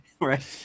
right